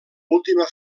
última